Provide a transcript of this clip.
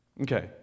Okay